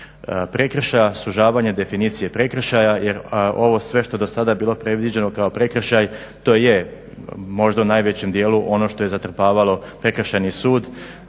prekršaja, sužavanje definicije prekršaja jer ovo sve što je do sada bilo predviđeno kao prekršaj to je možda u najvećem dijelu ono što je zatrpavalo prekršajni sud.